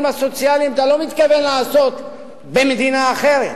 הסוציאליים אתה לא מתכוון לעשות במדינה אחרת,